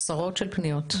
עשרות של פניות.